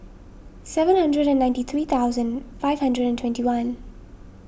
seven hundred and ninety three thousand five hundred and twenty one